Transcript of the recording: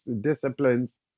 disciplines